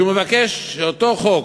שהוא מבקש שאותו חוק,